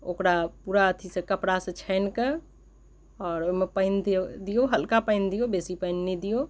ओकरा पूरा अथि से कपड़ा से छानिके आओर ओहिमे पानि दिऔ हल्का पानि दिऔ बेसी पानि नहि दिऔ